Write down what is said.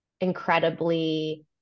incredibly